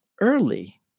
early